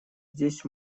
здесь